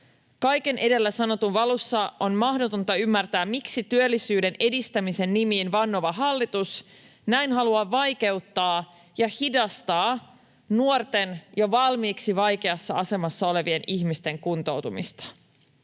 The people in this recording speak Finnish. Kaiken edellä sanotun valossa on mahdotonta ymmärtää, miksi työllisyyden edistämisen nimiin vannova hallitus näin haluaa vaikeuttaa ja hidastaa nuorten, jo valmiiksi vaikeassa asemassa olevien ihmisten kuntoutumista.